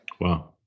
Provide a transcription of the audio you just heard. Wow